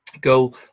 Go